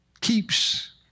Keeps